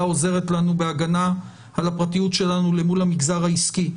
עוזרת לנו בהגנה על הפרטיות שלנו למול המגזר העסקי.